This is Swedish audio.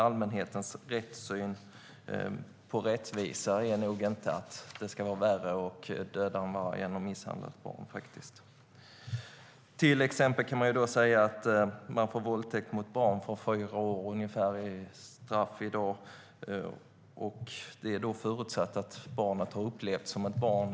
Allmänhetens syn på rättvisa är nog faktiskt inte att det ska vara värre att döda en varg än att misshandla ett barn. Till exempel kan vi notera att man för våldtäkt mot barn får ungefär fyra års straff i dag, och det förutsätter att barnet har upplevts som ett barn.